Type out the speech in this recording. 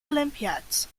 olympiads